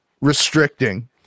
restricting